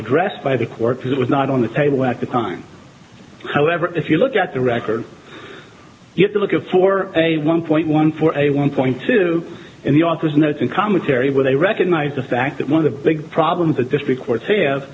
addressed by the court because it was not on the table at the time however if you look at the record yet to look at for a one point one for a one point two in the author's note and commentary where they recognize the fact that one of the big problems a district court h